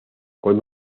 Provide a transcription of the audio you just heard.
con